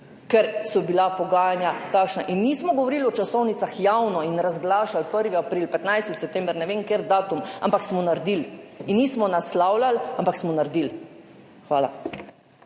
ker so bila pogajanja takšna in nismo govorili o časovnicah javno in razglašali 1. april, 15. september, ne vem, kateri datum, ampak smo naredili. In nismo naslavljali, ampak smo naredili. Hvala.